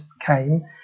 came